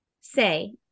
say